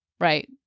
right